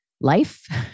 life